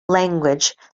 language